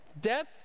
Death